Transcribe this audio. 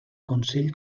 consell